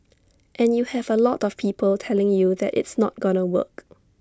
and you have A lot of people telling you that it's not gonna work